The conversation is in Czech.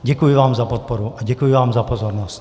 Děkuji vám za podporu a děkuji vám za pozornost.